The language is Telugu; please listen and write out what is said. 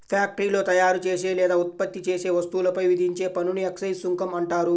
ఫ్యాక్టరీలో తయారుచేసే లేదా ఉత్పత్తి చేసే వస్తువులపై విధించే పన్నుని ఎక్సైజ్ సుంకం అంటారు